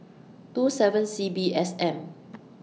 two seven C B S M